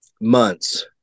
months